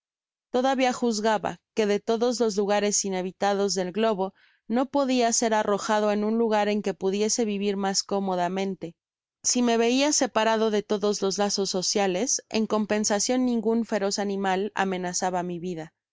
todavía juzgaba que de todos los lugares inhabitados del globo no podia ser arrojado en un lugar en que pudiese vivir mas cómodamente si me veia separado de todos los lazos sociales en compensacion ningun feroz animal amenazaba mi vida